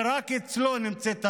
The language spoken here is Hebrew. ורק אצלו נמצאת האמת.